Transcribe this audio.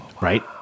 Right